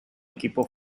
equipo